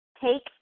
take